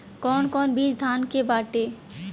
कौन कौन बिज धान के बाटे?